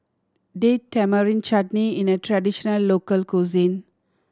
Date Tamarind Chutney is a traditional local cuisine